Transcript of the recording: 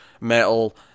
Metal